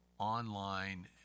online